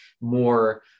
more